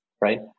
right